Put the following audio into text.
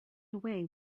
away